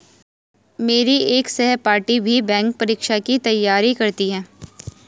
मेरी एक सहपाठी भी बैंक परीक्षा की ही तैयारी करती है